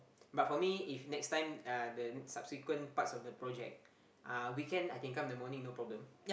but for me if next time uh the subsequent parts of the project uh weekend I can come in the morning no problem